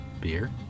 Beer